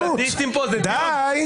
די.